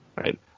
right